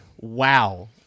Wow